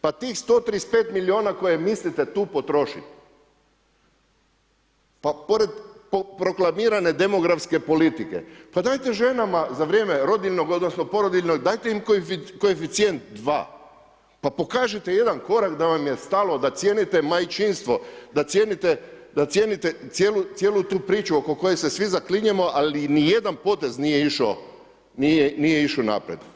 Pa tih 135 milijuna koje mislite tu potrošit pa pored proklamirane demografske politike pa dajte ženama za vrijeme rodiljnog, odnosno porodiljnog, dajte im koeficijent dva, pa pokažite jedan korak da vam je stalo, da cijenite majčinstvo, da cijenite cijelu tu priču oko koje se svi zaklinjemo ali niti jedan potez nije išao naprijed.